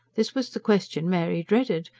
this was the question mary dreaded,